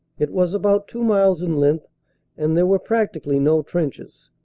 it was about two miles in length and there were practically no trenches.